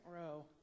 row